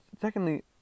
secondly